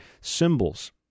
symbols